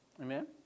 Amen